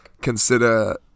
consider